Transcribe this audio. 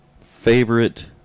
favorite